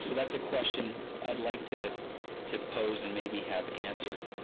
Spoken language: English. so that's a question i would like to to pose and maybe have answered.